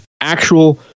actual